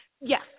Yes